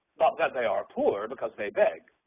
but that they are poor because they beg,